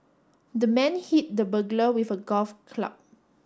the man hit the burglar with a golf club